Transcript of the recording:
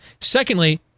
Secondly